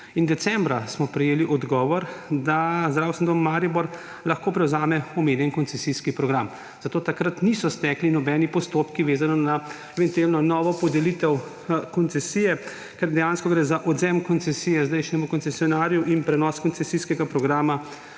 Decembra smo prejeli odgovor, da Zdravstveni dom Maribor lahko prevzame omenjen koncesijski program, zato takrat niso stekli nobeni postopki, vezano na eventualno novo podelitev koncesije, ker dejansko gre za odvzem koncesije zdajšnjemu koncesionarju in prenos koncesijskega programa